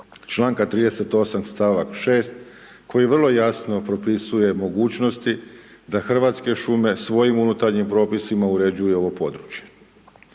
članka 38., stavak 6., koji vrlo jasno propisuje mogućnosti da Hrvatske šume svojim unutarnjim propisima uređuje ovo područje.